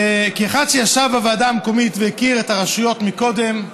כאחד שישב בוועדה המקומית והכיר את הרשויות מקודם,